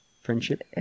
friendship